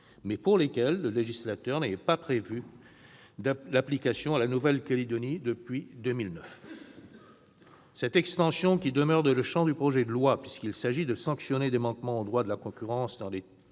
pour lesquelles le législateur n'avait pas prévu d'application en Nouvelle-Calédonie depuis 2009. Cette extension, qui demeure dans le champ du projet de loi, puisqu'il s'agit de sanctionner des manquements au droit de la concurrence dans les deux territoires